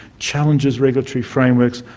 challenges regulatory frameworks,